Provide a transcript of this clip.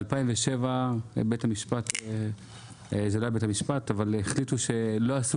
ב-2007 זה עלה בבית המשפט אבל החליטו שלא עשו